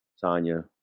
Tanya